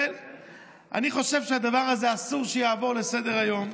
אני חושב שהדבר הזה, אסור שנעבור לסדר-היום.